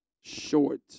Short